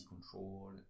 control